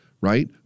right